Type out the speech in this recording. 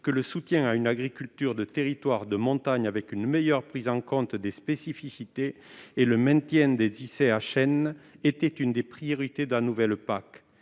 que le soutien à une agriculture de territoire de montagne avec une meilleure prise en compte des spécificités et le maintien de l'ICHN était l'une des priorités de la nouvelle PAC.